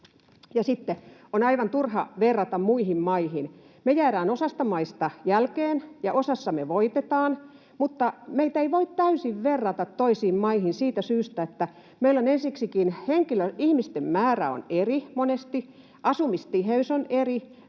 Sitten on aivan turha verrata muihin maihin. Me jäädään osasta maista jälkeen ja osassa me voitetaan, mutta meitä ei voi täysin verrata toisiin maihin siitä syystä, että meillä on ensiksikin monesti ihmisten määrä eri, asumistiheys on eri,